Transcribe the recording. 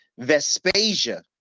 Vespasia